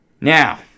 Now